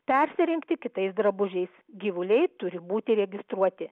persirengti kitais drabužiais gyvuliai turi būti registruoti